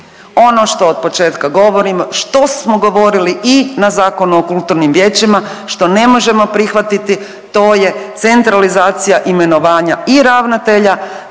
Ono što od početka govorim, što smo govorili i na Zakon o kulturnim vijećima, što ne možemo prihvatiti, to je centralizacija imenovanja i ravnatelja